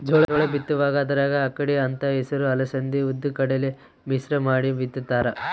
ಜೋಳ ಬಿತ್ತುವಾಗ ಅದರಾಗ ಅಕ್ಕಡಿ ಅಂತ ಹೆಸರು ಅಲಸಂದಿ ಉದ್ದು ಕಡಲೆ ಮಿಶ್ರ ಮಾಡಿ ಬಿತ್ತುತ್ತಾರ